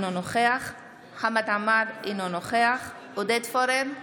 אינו נוכח חמד עמאר, אינו נוכח עודד פורר,